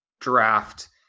draft